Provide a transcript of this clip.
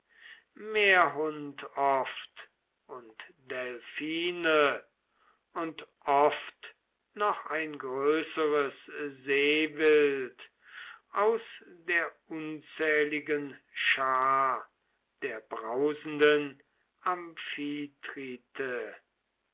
felsen meerhund oft und delphine und oft noch ein größeres seewild aus der unzähligen schar der brausenden amphitrite